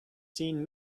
seen